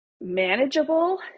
manageable